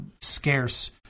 scarce